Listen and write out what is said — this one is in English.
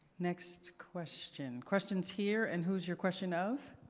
next question, questions here and who is your question of?